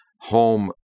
home